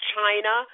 China